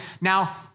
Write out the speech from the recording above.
Now